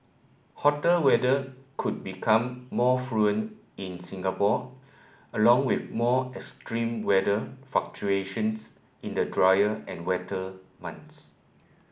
hotter weather could become more in Singapore along with more extreme weather fluctuations in the drier and wetter months